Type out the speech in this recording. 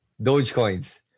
Dogecoins